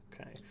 Okay